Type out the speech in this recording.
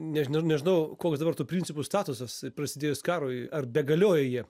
n nežinau nežinau koks dabar tų principų statusas prasidėjus karui ar begalioja jie